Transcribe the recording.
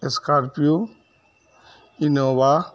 scorpio Innova